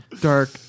dark